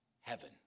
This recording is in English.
heaven